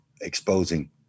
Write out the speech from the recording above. exposing